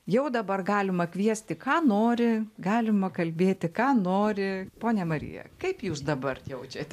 jau dabar galima kviesti ką nori galima kalbėti ką nori ponia marija kaip jūs dabar jaučiatės